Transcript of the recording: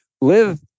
live